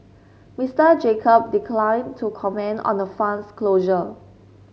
Mister Jacob declined to comment on the fund's closure